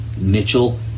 Mitchell